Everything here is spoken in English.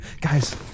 Guys